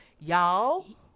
Y'all